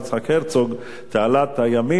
תעלת הימים,